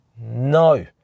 No